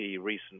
recent